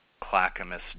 clackamas